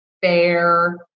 fair